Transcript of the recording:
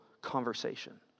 conversation